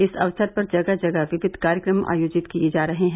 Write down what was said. इस अवसर पर जगह जगह विविध कार्यक्रम आयोजित किये जा रहे हैं